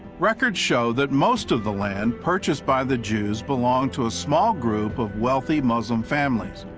records show that most of the land purchased by the jews belonged to a small group of wealthy muslim families,